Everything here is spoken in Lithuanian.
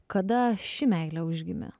kada ši meilė užgimė